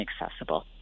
inaccessible